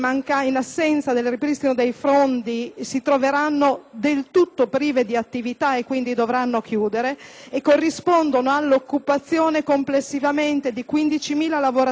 del tutto prive di attività e quindi dovranno chiudere; corrispondono complessivamente all'occupazione di 15.000 lavoratori per le scuole e di 8.000 lavoratori per le caserme.